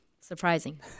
surprising